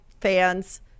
fans